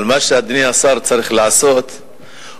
אבל מה שאדוני השר צריך לעשות הוא,